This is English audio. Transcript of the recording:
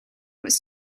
was